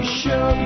show